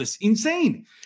Insane